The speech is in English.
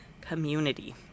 community